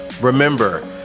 Remember